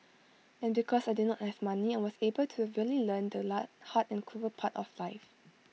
and because I did not have money I was able to really learn the la hard and cruel part of life